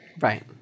Right